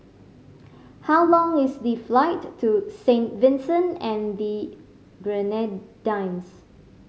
how long is the flight to Saint Vincent and the Grenadines